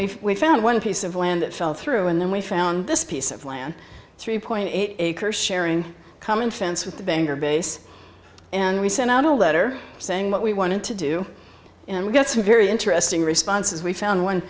we found one piece of land it fell through and then we found this piece of land three point eight acre sharing coming fence with the bangor base and we sent out a letter saying what we wanted to do and we got some very interesting responses we found one